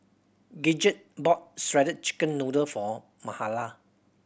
Gidget bought shredded chicken noodle for Mahala